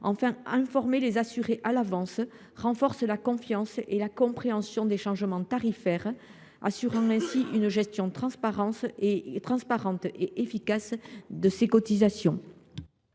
Enfin, informer les assurés à l’avance renforce la confiance et la compréhension des changements tarifaires, assurant ainsi une gestion transparente et efficace des cotisations